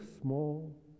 small